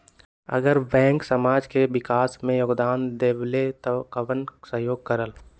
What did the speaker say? अगर बैंक समाज के विकास मे योगदान देबले त कबन सहयोग करल?